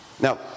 Now